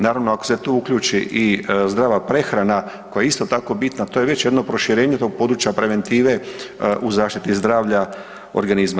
Naravno ako se tu uključi i zdrava prehrana koja je isto tako bitna, to je već jedno proširenje tog područja preventive u zaštiti zdravlja organizma.